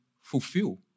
fulfill